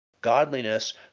Godliness